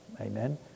amen